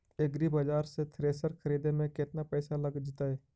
एग्रिबाजार से थ्रेसर खरिदे में केतना पैसा लग जितै?